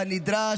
כנדרש,